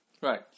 Right